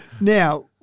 Now –